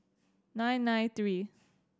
nine nine three